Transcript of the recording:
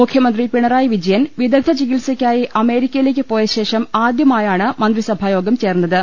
മുഖ്യമന്ത്രി പിണറായിവിജയൻ വിദഗ്ധ ചികിത്സയ്ക്കായി അമേരിക്കയിലേക്ക് പോയ ശേഷം ആദ്യമായാണ് മന്ത്രിസഭായോഗം ചേർന്നത്